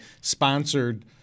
sponsored